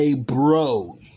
Bro